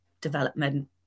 development